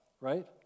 right